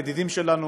לידידים שלנו